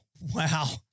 Wow